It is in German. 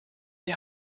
die